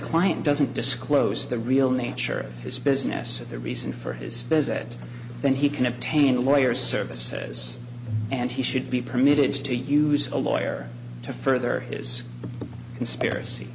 client doesn't disclose the real nature of his business the reason for his visit then he can obtain a lawyer service says and he should be permitted to use a lawyer to further his conspiracy